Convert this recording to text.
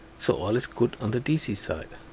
so all is good on the dc side.